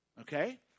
okay